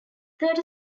thirty